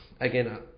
again